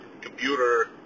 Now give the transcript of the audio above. computer